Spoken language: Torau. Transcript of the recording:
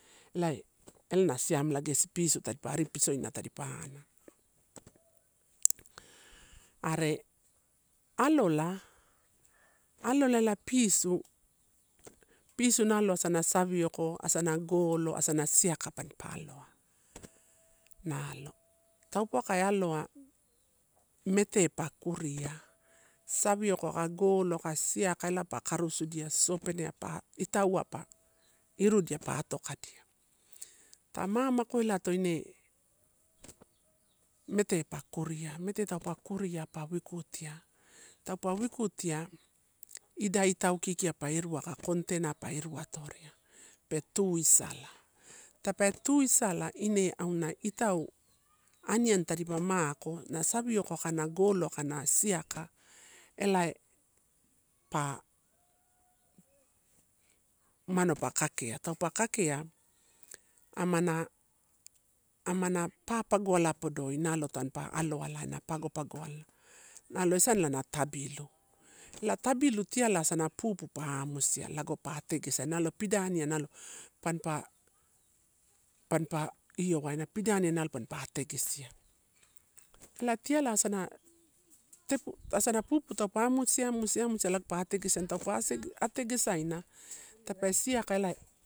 Elai, ena siamela gesi, pisu tadipa ari pisoia tadipa ana. Are alola, alola ela pisu, pisu nalo asana savioko, asana golo, asana siaka pampa aloa, nalo. Taupauwa ka aloa, mete pa kuria, savioko, aka golo, aka siaka ela pa karusiu dia sosopene pa, itauwai pa iru dia pa atokaddia. Ta mamaku elato ine, mete pa kuria, mete taupe kuria pa wikutia, taupe wikutia idai itau kikiai pa containai pa irua atoria pe tuisala, tape tuisala ine auna itau aniani tadipa mako, na savioka ako na golo aka siaka elae pa, umano pa kakea taupe kakea amana, amana papagoala podoi nalo tampa aloalai na pagopagoalai nalo esanala na tabbilu, ela tabilu tiala asana pupu pa amusia lago pa ate gesia, nalo pidaniai nalo panipa, panipa io waina pielaniai nalo panipa ategesia. Ela tiala asana tepu, pupu taupe amisia, amusia, amusia lago pa ategesaina, taupe ategesaina tape siaka elae.